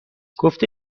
گفته